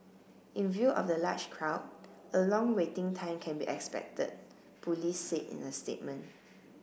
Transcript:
in view of the large crowd a long waiting time can be expected Police said in the statement